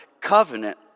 covenant